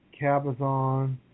cabazon